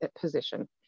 position